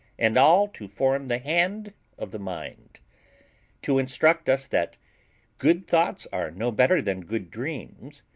and all to form the hand of the mind to instruct us that good thoughts are no better than good dreams,